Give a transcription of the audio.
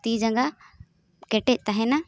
ᱛᱤ ᱡᱟᱸᱜᱟ ᱠᱮᱴᱮᱡ ᱛᱟᱦᱮᱱᱟ